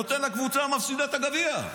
נותן לקבוצה המפסידה את הגביע.